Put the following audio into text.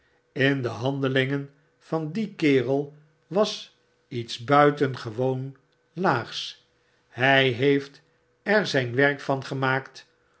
in de handelingen van dien kerel was iets buitengewoon laags hy heeft er zyn werk van gemaakt